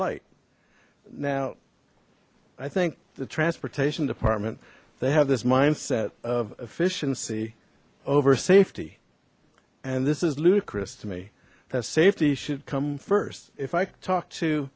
light now i think the transportation department they have this mindset of efficiency over safety and this is ludicrous to me that safety should come first if i talk to